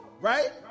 right